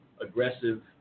aggressive